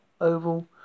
oval